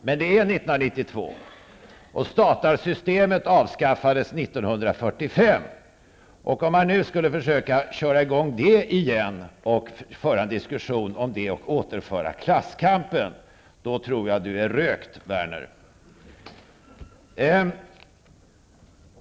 Men det är 1992, och statarsystemet avskaffades 1945. Om man nu skulle försöka köra i gång det igen, föra en diskussion om det, och återföra klasskampen, tror jag du är ''rökt'', Werner!